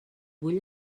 vull